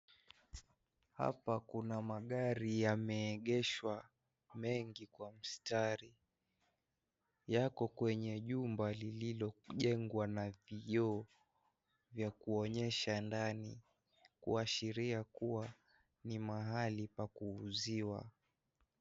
Hapa kuna magari yameegeshwa mengi kwa mstari, yako kwenye jumba lililojengwa na vioo vya kuonyesha ndani kuashiria kuwa ni mahali pa kuuziwa.